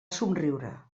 somriure